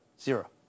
Zero